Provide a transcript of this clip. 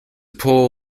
paul